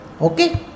Okay